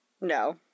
no